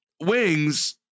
Wings